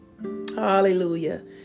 Hallelujah